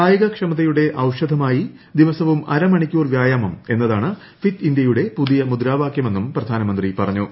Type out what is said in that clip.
കായികക്ഷമതയുടെ ഔഷധമായി ദിവസവും അരമണിക്കൂർ വ്യായാമം എന്നതാണ് ഫിറ്റ് ഇന്ത്യയുടെ പുതിയ മുദ്രാവാക്യമെന്നും പ്രധാനമന്ത്രി പറഞ്ഞു